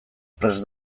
prest